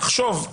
תחשוב,